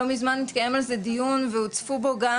לא ממש נאכפות אז גם בהקשר הזה יש צורך לשלב ידיים,